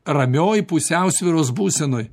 ramioj pusiausvyros būsenoj